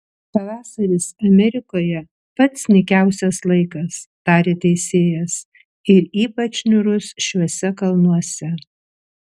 pavasaris amerikoje pats nykiausias laikas tarė teisėjas ir ypač niūrus šiuose kalnuose